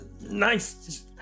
nice